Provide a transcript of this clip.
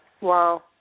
wow